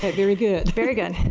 ah very good. very good.